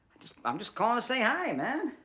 i'm just calling to say hi, man.